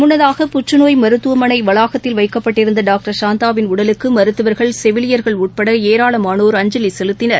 முன்னதாக புற்றுநோய் மருத்துவமனைவளாகத்தில் வைக்கப்பட்டிருந்தடாக்டர் சாந்தாவின் உடலுக்குமருத்துவர்கள் செவிலியர்கள் உட்படஏராளமானோர் அஞ்சலிசெலுத்தினர்